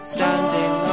Standing